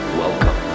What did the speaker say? welcome